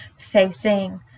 facing